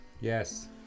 Yes